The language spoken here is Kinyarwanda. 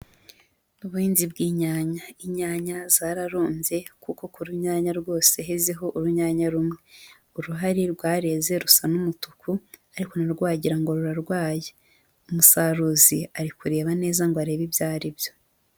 Ubuhinzi bw'inyanya, inyanya zararumbye kuko ku runyanya rwose hezeho urunyanya rumwe, uruhari rwareze rusa n'umutuku, ariko na rwo wagira ngo rurarwaye, umusaruzi ari kureba neza ngo arebe ibyo ari byo.